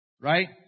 Right